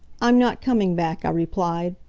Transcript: i'm not coming back, i replied.